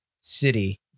City